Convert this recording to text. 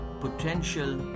potential